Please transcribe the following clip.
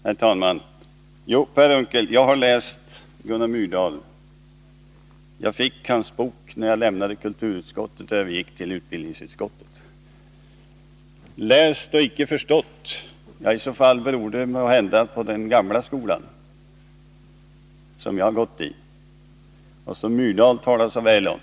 Herr talman! Jo, Per Unckel, jag har läst Gunnar Myrdal. Jag fick hans bok när jag lämnade kulturutskottet och övergick till utbildningsutskottet. Om jag ”läst men icke förstått” beror i så fall måhända på den gamla skolan, som jag har gått i och som Gunnar Myrdal talar så väl om.